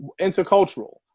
intercultural